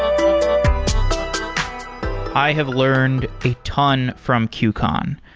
um i have learned a ton from qcon.